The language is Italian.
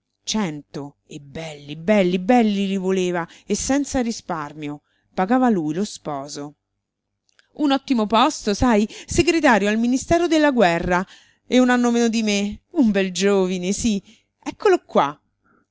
lei cento e belli belli belli li voleva e senza risparmio pagava lui lo sposo un ottimo posto sai segretario al ministero della guerra e un anno meno di me un bel giovine sì eccolo qua